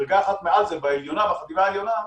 ובוודאי בחטיבה העליונה,